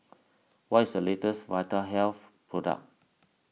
what is the latest Vitahealth product